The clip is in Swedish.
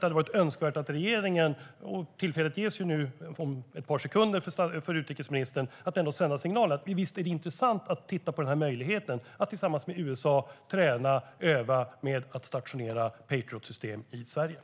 Det hade varit önskvärt att regeringen sände signalen att det skulle vara intressant att titta på möjligheten att tillsammans med USA öva med att stationera Patriot system i Sverige.